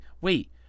wait